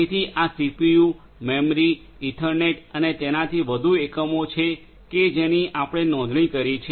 તેથી આ CPU memory Ethernet અને તેનાથી વધુ એકમો છે કે જેની આપણે નોંધણી કરી છે